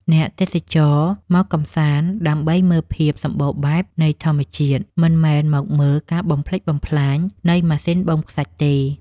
អ្នកទេសចរមកកម្សាន្តដើម្បីមើលភាពសម្បូរបែបនៃធម្មជាតិមិនមែនមកមើលការបំផ្លិចបំផ្លាញនៃម៉ាស៊ីនបូមខ្សាច់ទេ។